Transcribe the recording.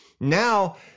Now